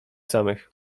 samych